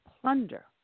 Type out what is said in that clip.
plunder